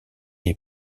est